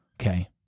Okay